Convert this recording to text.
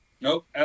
Nope